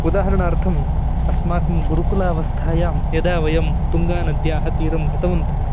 उदाहरणार्थम् अस्माकं गुरुकुलावस्थायां यदा वयं तुङ्गानद्याः तीरं गतवन्तः